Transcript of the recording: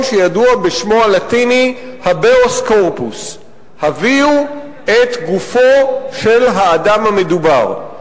שידוע בשמו הלטיני "הביאס קורפוס" הביאו את גופו של האדם המדובר.